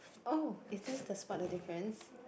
oh is this the spot the difference